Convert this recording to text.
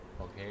Okay